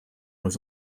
was